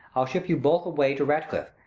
i'll ship you both away to ratcliff,